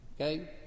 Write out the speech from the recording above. okay